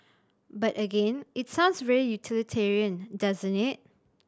but again it sounds very utilitarian doesn't it